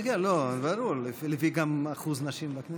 כן, ברור, גם לפי אחוז הנשים בכנסת.